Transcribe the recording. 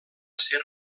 ser